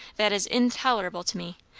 that is intolerable to me!